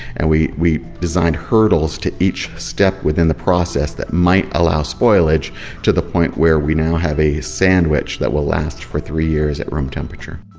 and we we designed hurdles to each step within the process that might allow spoilage to the point where we now have a sandwich that will last for three years at room temperature.